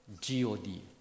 G-O-D